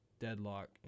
Deadlock